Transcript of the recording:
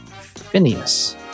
Phineas